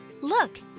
Look